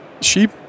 sheep